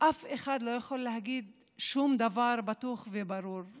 אף אחד לא יכול להגיד שום דבר בטוח וברור,